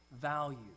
value